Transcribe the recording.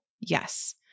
Yes